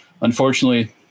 Unfortunately